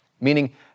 Meaning